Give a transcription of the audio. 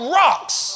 rocks